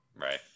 right